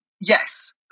Yes